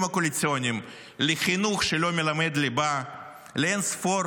הקואליציוניים לחינוך שלא מלמד חינוך ליבה,